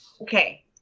Okay